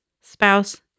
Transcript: spouse